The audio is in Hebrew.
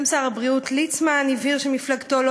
גם שר הבריאות ליצמן הבהיר שמפלגתו לא